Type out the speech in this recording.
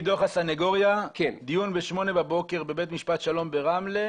דוח הסנגוריה דיון בשמונה בבוקר בבית משפט שלום ברמלה,